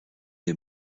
des